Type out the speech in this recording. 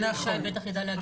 וישי בטח ידע להגיד,